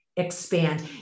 Expand